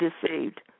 deceived